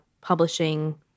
publishing